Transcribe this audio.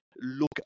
look